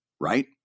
right